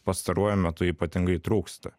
pastaruoju metu ypatingai trūksta